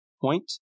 point